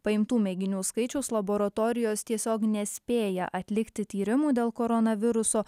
paimtų mėginių skaičiaus laboratorijos tiesiog nespėja atlikti tyrimų dėl koronaviruso